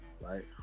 right